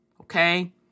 Okay